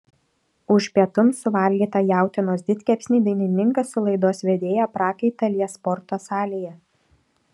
už pietums suvalgytą jautienos didkepsnį dainininkas su laidos vedėja prakaitą lies sporto salėje